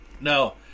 no